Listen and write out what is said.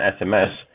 SMS